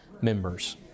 members